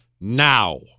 now